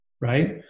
right